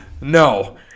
No